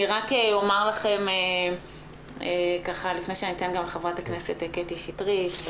אני רק אומר לכם לפני שאני אתן לחברת הכנסת קטי שטרית,